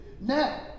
Now